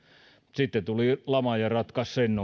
sitten tuli lama ja ratkaisi sen